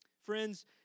Friends